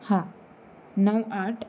हां नऊ आठ